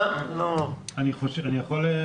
אני יכול?